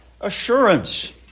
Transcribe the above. assurance